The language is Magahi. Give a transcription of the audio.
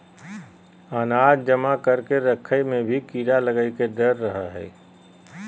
अनाज जमा करके रखय मे भी कीड़ा लगय के डर रहय हय